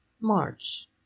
March